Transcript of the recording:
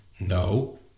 No